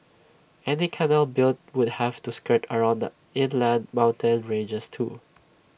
any canal built would have to skirt around the inland mountain ranges too